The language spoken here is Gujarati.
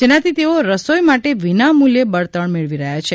જેનાથી તેઓ રસોઇ માટે વિના મૂલ્યે બળતણ મેળવી રહ્યા છે